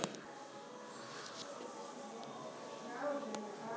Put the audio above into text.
पहिली किसान मन ह पारंपरिक खेती करत रिहिस हे